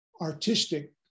artistic